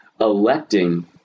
electing